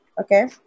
Okay